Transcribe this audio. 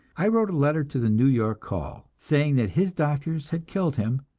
i wrote a letter to the new york call, saying that his doctors had killed him,